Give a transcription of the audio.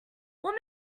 what